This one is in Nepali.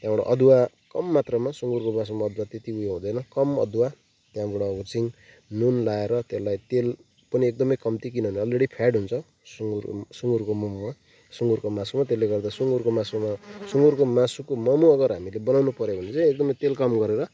त्यहाँबाट अदुवा कम मात्रामा सुँगुरको मासुमा अदुवा त्यति उयो हुँदैन कम अदुवा त्यहाँबाट हुचिङ नुन लाएर त्यसलाई तेल पनि एकदमै कम्ती किनभने अलरेडी फ्याट हुन्छ सुँगुर सुँगुरको मोमोमा सुँगुरको मासुमा त्यसले गर्दा सुँगुरको मासुमा सुँगुरको मासुको मोमो अगर हामीले बनाउनु पर्यो भने चाहिँ एकदमै तेल कम गरेर